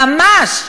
ממש.